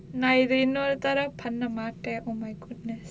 நா இத இன்னொரு தடவ பண்ண மாட்டேன்:naa itha innoru thadava panna mattaen oh my goodness